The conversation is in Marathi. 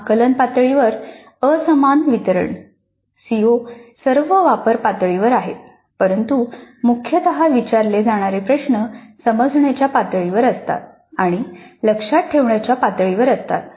आकलन पातळीवर असमान वितरण सीओ सर्व वापर पातळीवर आहेत परंतु मुख्यत विचारले जाणारे प्रश्न समजण्याच्या पातळीवर असतात किंवा लक्षात ठेवण्याच्या पातळीवर असतात